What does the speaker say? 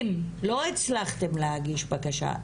אם לא הצלחתם להגיש בקשה,